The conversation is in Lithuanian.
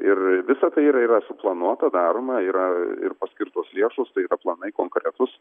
ir visa tai yra yra suplanuota daroma yra ir paskirtos lėšos tai yra planai konkretūs